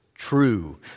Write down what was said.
True